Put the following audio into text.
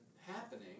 happening